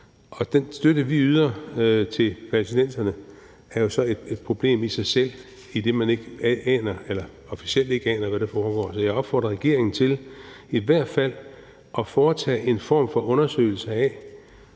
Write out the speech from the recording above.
Den støtte, vi yder til palæstinenserne, er jo så et problem i sig selv, idet man officielt ikke aner, hvad der foregår, så jeg opfordrer regeringen til i hvert fald at foretage en form for undersøgelse af,